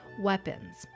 weapons